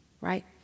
right